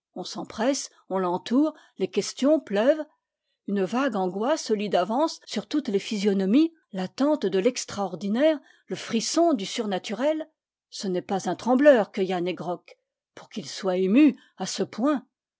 on s'empresse on l'entoure les questions pleuvent une vague angoisse se lit d'avance sur toutes les physionomies l'attente de l'extraordinaire le frisson du surnaturel ce n'est pas un trembleur que yann he grok pour qu'il soit ému à ce point